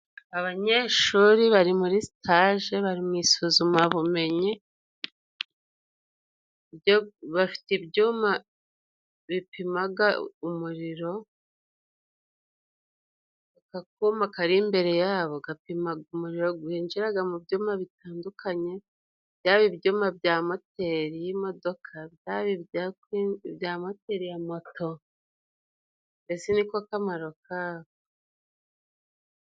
Abanyeshuri bari muri sitaje, bari mu isuzumabumenyi, byo bafite ibyuma bipimaga umuriro. Aka kuma kari imbere yabo, gapimaga umuriro winjiraga mu byuma bitandukanye, byaba ibyuma bya moteri y'imodoka, byaba ibya kwi ibya moteli ya moto, mbese niko kamaro kabyo.